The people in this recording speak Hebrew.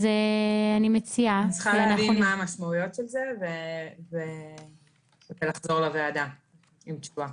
אני צריכה להבין מה המשמעויות של זה ולחזור לוועדה עם תשובה.